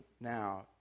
now